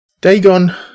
Dagon